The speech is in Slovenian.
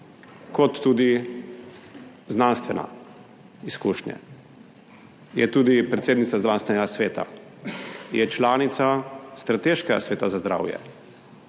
kot tudi znanstvene izkušnje. Je tudi predsednica znanstvenega sveta. Je članica strateškega sveta za zdravje